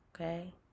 Okay